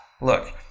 look